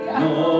no